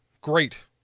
Great